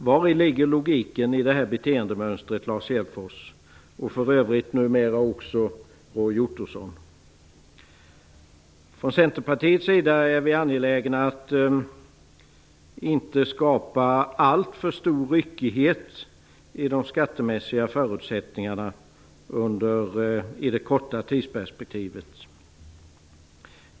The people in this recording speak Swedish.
Vari ligger logiken i detta beteendemönster, Lars Hedfors, och för övrigt numera också Roy Ottosson? Från Centerpartiets sida är vi angelägna att inte skapa alltför stor ryckighet i de skattemässiga förutsättningarna i det korta tidsperspektivet.